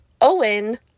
Owen